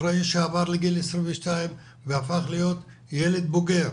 אחרי שעבר את גיל 22 והפך להיות ילד בוגר,